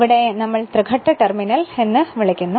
ഇതിനെ നമ്മൾ തൃഘട്ട ടെർമിനൽ എന്ന്് വിളിക്കുന്നു